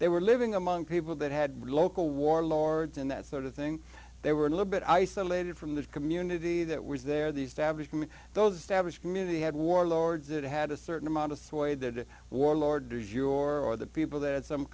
they were living among people that had local warlords and that sort of thing they were a little bit isolated from the community that was there these taboos from those devilish community had warlords it had a certain amount of sway that warlord does your or the people that some